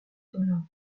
zola